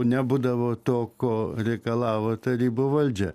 nebūdavo to ko reikalavo tarybų valdžia